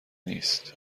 نیست